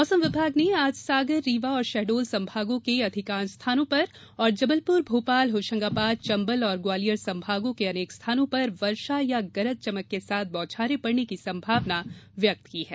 मौसम विभाग ने आज सागर रीवा और शहडोल संभागों के अधिकांश स्थानों पर और जबलपुर भोपाल होशंगाबाद चंबल और ग्वालियर संभागों के अनेक स्थानों पर वर्षा या गरज चमक के साथ बौछारे पड़ने की संभावना व्यक्त की है